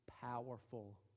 powerful